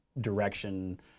direction